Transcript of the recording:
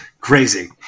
Crazy